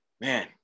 man